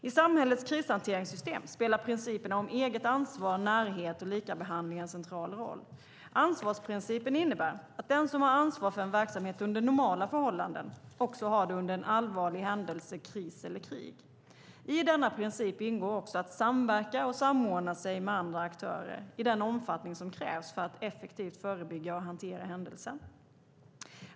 I samhällets krishanteringssystem spelar principerna om eget ansvar, närhet och likabehandling en central roll. Ansvarsprincipen innebär att den som har ansvar för en verksamhet under normala förhållanden också har det under en allvarlig händelse, kris eller krig. I denna princip ingår också att samverka och samordna sig med andra aktörer i den omfattning som krävs för att effektivt förebygga och hantera händelser.